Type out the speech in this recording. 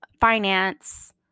finance